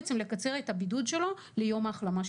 הוא יכול לסיים את תקופת הבידוד ברגע שהוא מקבל את אישור ההחלמה.